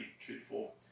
truthful